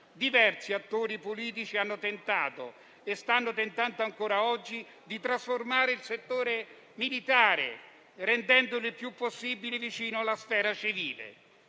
Diversi attori politici hanno tentato e stanno tentando ancora oggi di trasformare il settore militare, rendendolo il più possibile vicino alla sfera civile,